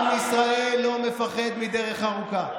עם ישראל לא מפחד מדרך ארוכה.